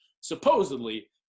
supposedly